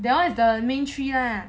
that [one] is the main three lah